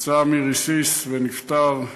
נפצע מרסיס ונפטר.